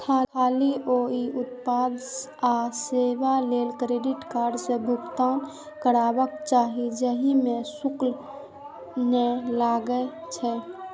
खाली ओइ उत्पाद आ सेवा लेल क्रेडिट कार्ड सं भुगतान करबाक चाही, जाहि मे शुल्क नै लागै छै